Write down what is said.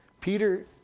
Peter